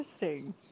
interesting